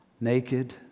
Naked